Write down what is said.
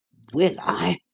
will i?